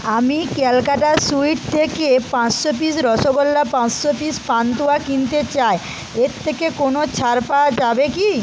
আমি ক্যালকাটা সুইট থেকে পাঁসশো পিস রসগোল্লা পাঁসশো পিস পান্তুয়া কিনতে চাই এর থেকে কোনো ছাড় পাওয়া যাবে কি